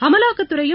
அமலாக்கத்துறையும்